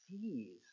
sees